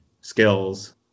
skills